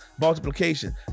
multiplication